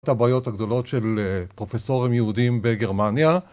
את הבעיות הגדולות של פרופסורים יהודים בגרמניה